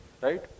right